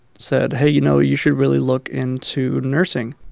said, hey, you know, you should really look into nursing